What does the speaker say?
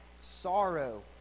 sorrow